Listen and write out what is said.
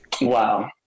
wow